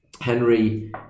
henry